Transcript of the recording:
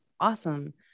awesome